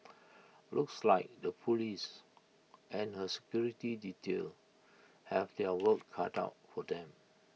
looks like the Police and her security detail have their work cut out for them